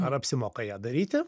ar apsimoka ją daryti